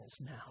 now